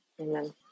amen